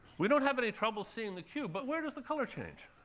we don't have any trouble seeing the cube, but where does the color change?